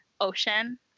ocean